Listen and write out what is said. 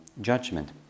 judgment